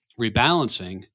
rebalancing